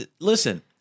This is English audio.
listen